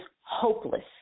hopeless